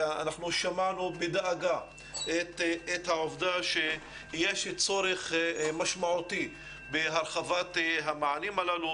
אנחנו שמענו בדאגה את העובדה שיש צורך משמעותי בהרחבת המענים הללו,